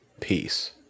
peace